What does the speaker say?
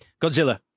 Godzilla